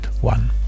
one